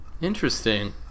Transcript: interesting